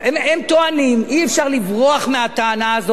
טוענים שאי-אפשר לברוח מהטענה הזאת,